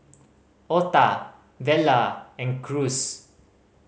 Ota Vela and Cruz